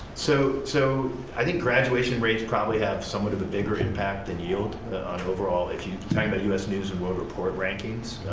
so so i think graduation rates probably have somewhat of a bigger impact than yield on overall, if you're talking about but us news and world report rankings,